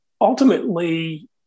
ultimately